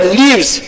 leaves